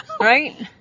Right